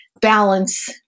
balance